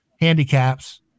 handicaps